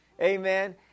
Amen